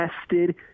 tested